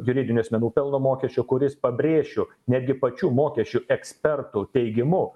juridinių asmenų pelno mokesčio kuris pabrėšiu netgi pačių mokesčių ekspertų teigimu